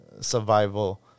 survival